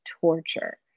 torture